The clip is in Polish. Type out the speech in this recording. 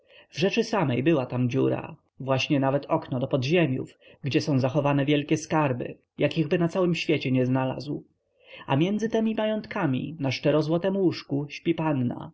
rzeczy samej była tam dziura właśnie nawet okno do podziemiów gdzie są zachowane wielkie skarby jakichby na całym świecie nie znalazł a między temi majątkami na szczerozłotem łóżku